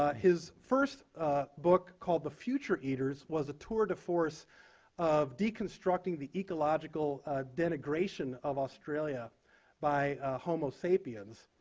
ah his first book, called the future eaters, was a tour de force of deconstructing the ecological denigration of australia by homo sapiens.